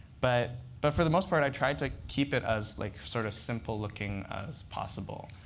but but for the most part, i tried to keep it as like sort of simple-looking as possible.